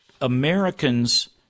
Americans